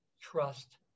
trust